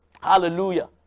Hallelujah